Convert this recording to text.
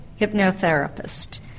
hypnotherapist